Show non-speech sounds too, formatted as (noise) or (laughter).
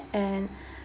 and (breath)